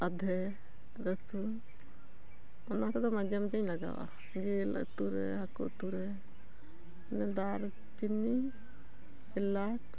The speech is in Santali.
ᱟᱫᱷᱮ ᱨᱟᱹᱥᱩᱱ ᱚᱱᱟ ᱠᱚᱫᱚ ᱢᱟᱡᱷᱮ ᱢᱟᱡᱷᱮᱧ ᱞᱟᱜᱟᱣᱟᱜᱼᱟ ᱡᱤᱞ ᱩᱛᱩ ᱨᱮ ᱦᱟᱹᱠᱩ ᱩᱛᱩ ᱨᱮ ᱫᱟᱨᱪᱤᱱᱤ ᱮᱞᱟᱪ